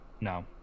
No